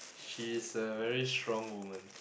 she's a very strong woman